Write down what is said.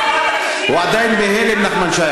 הוא עדיין בהלם, נחמן שי.